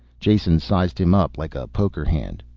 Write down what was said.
jason sized him up like a poker hand.